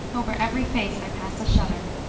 over ever face there passed a shudder.